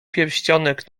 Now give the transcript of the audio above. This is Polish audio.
pierścionek